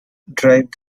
drive